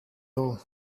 all